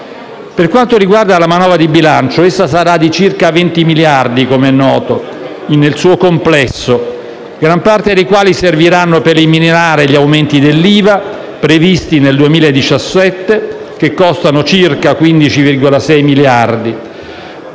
Per quanto riguarda la manovra di bilancio, essa sarà - com'è noto - di circa 20 miliardi di euro complessivi, gran parte dei quali serviranno per eliminare gli aumenti dell'IVA previsti nel 2018, che costano circa 15,6 miliardi.